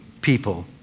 people